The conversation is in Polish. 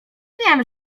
wiem